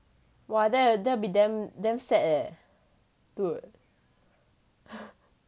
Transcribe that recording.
!wah! that that will be damn damn sad eh dude